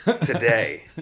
today